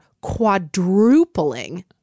quadrupling